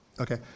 Okay